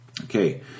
Okay